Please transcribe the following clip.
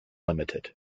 limited